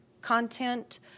content